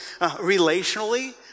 Relationally